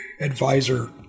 advisor